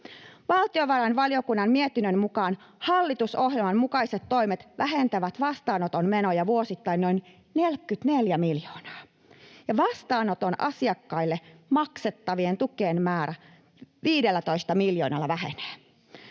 Valtiovarainvaliokunnan mietinnön mukaan hallitusohjelman mukaiset toimet vähentävät vastaanoton menoja vuosittain noin 44 miljoonaa ja vastaanoton asiakkaille maksettavien tukien määrä vähenee